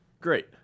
Great